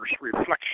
reflection